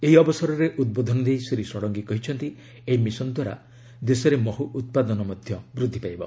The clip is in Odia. ଏହି ଅବସରରେ ଉଦ୍ବୋଧନ ଦେଇ ଶ୍ରୀ ଷଡ଼ଙ୍ଗୀ କହିଛନ୍ତି ଏହି ମିଶନ ଦ୍ୱାରା ଦେଶରେ ମହୁ ଉତ୍ପାଦନ ବୃଦ୍ଧି ପାଇବ